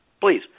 please